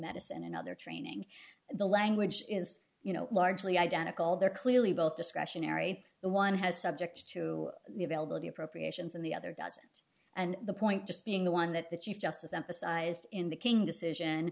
medicine and other training the language is you know largely identical they're clearly both discretionary and one has subject to the availability appropriations and the other doesn't and the point just being the one that the chief justice emphasized in the king decision